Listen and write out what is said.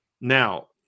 Now